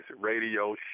radio